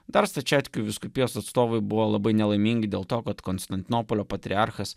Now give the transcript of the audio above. dar stačiatikių vyskupijos atstovui buvo labai nelaimingi dėl to kad konstantinopolio patriarchas